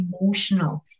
emotional